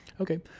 okay